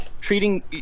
Treating